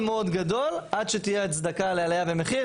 מאוד גדול עד שתהיה הצדקה לעלייה במחיר,